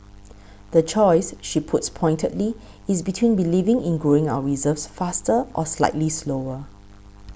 the choice she puts pointedly is between believing in growing our reserves faster or slightly slower